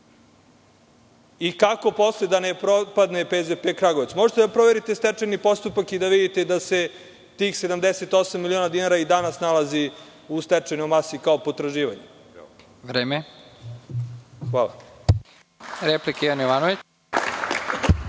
Kako posle da ne propadne PZP Kragujevac? Možete da proverite stečajni postupak i da vidite da se tih 78 miliona dinara i danas nalazi u stečajnoj masi, kao potraživanje. **Nebojša Stefanović** Replika, Ivan Jovanović.